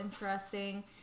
interesting